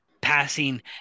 passing